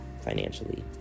financially